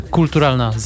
Kulturalna